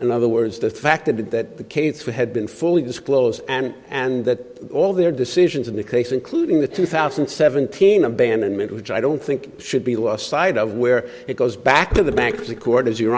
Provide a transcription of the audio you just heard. in other words the fact that the case for had been fully disclosed and and that all their decisions in the case including the two thousand and seventeen abandonment which i don't think should be lost sight of where it goes back to the bankruptcy court as your